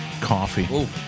coffee